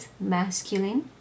masculine